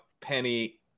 Penny